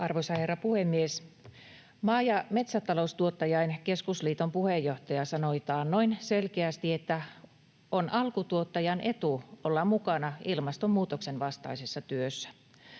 Arvoisa herra puhemies! Maa‑ ja metsätaloustuottajain Keskusliiton puheenjohtaja sanoi taannoin selkeästi, että on alkutuottajan etu olla mukana ilmastonmuutoksen vastaisessa työssä.